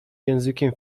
językiem